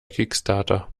kickstarter